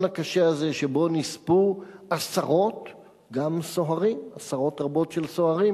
הקשה הזה שבו נספו עשרות רבות של סוהרים